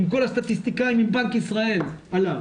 עם כל הסטטיסטיקאים מבנק ישראל עליו